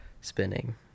spinning